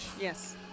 Yes